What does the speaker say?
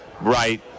Right